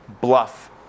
bluff